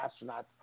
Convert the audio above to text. astronauts